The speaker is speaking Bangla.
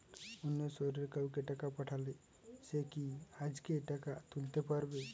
অন্য শহরের কাউকে টাকা পাঠালে সে কি আজকেই টাকা তুলতে পারবে?